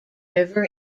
river